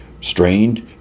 strained